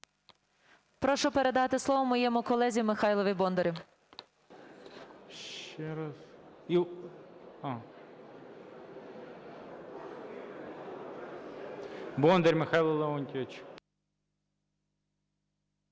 Прошу передати слово моєму колезі Михайлові Бондарю.